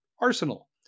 arsenal